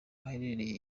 ahaherereye